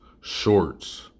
shorts